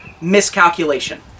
miscalculation